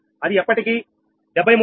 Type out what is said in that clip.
అది ఇప్పటికీ 73